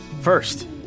First